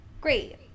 great